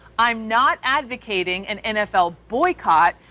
i'm not advocating an nfl boycott,